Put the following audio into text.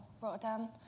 Rotterdam